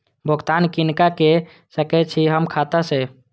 भुगतान किनका के सकै छी हम खाता से?